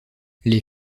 les